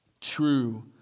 True